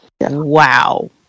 Wow